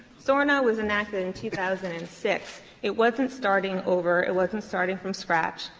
sorna was enacted in two thousand and six it wasn't starting over it wasn't starting from scratch.